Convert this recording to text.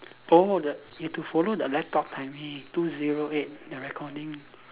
oh the we have to follow the laptop timing two zero eight the recording